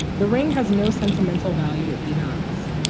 the ring has no sentimental value to either of us.